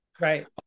Right